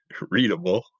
readable